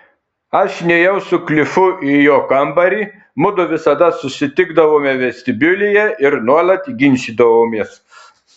aš nėjau su klifu į jo kambarį mudu visada susitikdavome vestibiulyje ir nuolat ginčydavomės